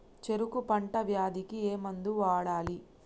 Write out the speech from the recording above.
చెరుకు పంట వ్యాధి కి ఏ మందు వాడాలి?